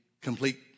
complete